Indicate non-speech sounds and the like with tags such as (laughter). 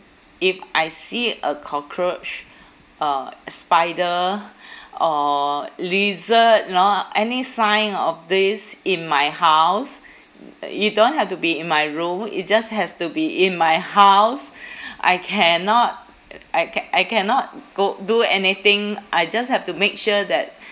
if I see a cockroach a spider or lizard you know any sign of these in my house (noise) it don't have to be in my room it just has to be in my house (breath) I cannot (noise) I ca~ I cannot go do anything I just have to make sure that